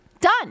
Done